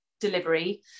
delivery